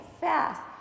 fast